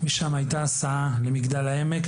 משם הייתה הסעה למגדל העמק,